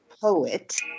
poet